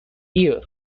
year